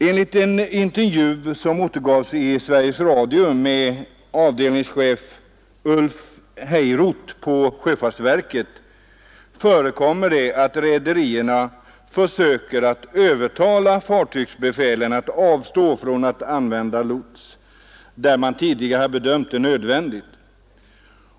Enligt den intervju som återgavs i Sveriges Radio med avdelningsdirektör Ulf Heiroth i sjöfartsverket förekommer det att rederierna försöker övertala fartygsbefälen att avstå från att använda lots där man tidigare bedömt det som nödvändigt.